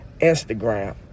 Instagram